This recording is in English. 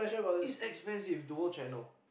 it's expensive duo channel